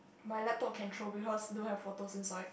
my laptop can throw because don't have photos inside